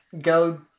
go